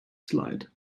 slide